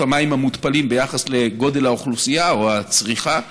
המים המותפלים ביחס לגודל האוכלוסייה או הצריכה.